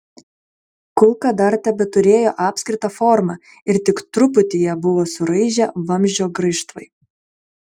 kulka dar tebeturėjo apskritą formą ir tik truputį ją buvo suraižę vamzdžio graižtvai